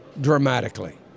dramatically